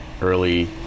early